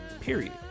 Period